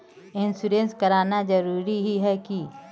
Insurance कराना जरूरी ही है की?